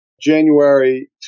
January